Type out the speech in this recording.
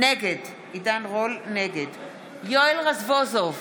נגד יואל רזבוזוב,